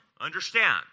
Understand